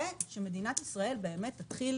ושמדינת ישראל תתחיל